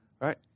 Right